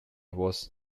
was